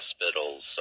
hospitals